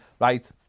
Right